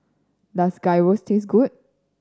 does Gyros taste good